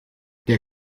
der